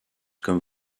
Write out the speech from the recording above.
comme